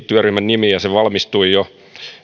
työryhmän nimi ja sen raportti valmistui jo